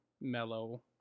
mellow